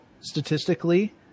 statistically